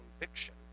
conviction